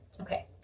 Okay